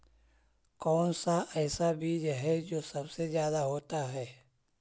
कौन सा ऐसा बीज है जो सबसे ज्यादा होता है?